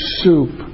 soup